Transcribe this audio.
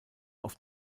auf